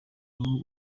ubu